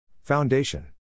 Foundation